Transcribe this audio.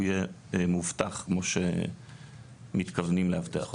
יהיה מאובטח כמו שמתכוונים לאבטח אותו.